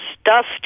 stuffed